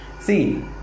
see